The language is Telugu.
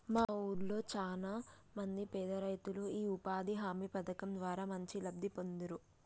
మా వూళ్ళో చానా మంది పేదరైతులు యీ ఉపాధి హామీ పథకం ద్వారా మంచి లబ్ధి పొందేరు